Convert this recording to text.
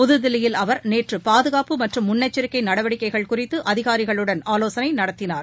புதுதில்லியில் அவர் நேற்று பாதுகாப்பு மற்றும் முன்னெச்சரிக்கை நடவடிக்கைகள் குறித்து அதிகாரிகளுடன் ஆலோசனை நடத்தினார்